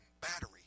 battery